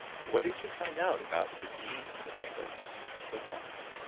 what did you find out about the genes that make us live longer?